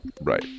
Right